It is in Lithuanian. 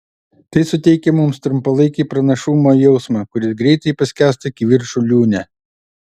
tai suteikia mums trumpalaikį pranašumo jausmą kuris greitai paskęsta kivirčų liūne